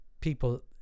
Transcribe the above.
people